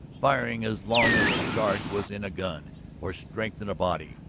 firing as long as a charge was in a gun or strength in a body.